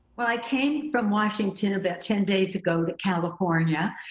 well, i came from washington about ten days ago to california.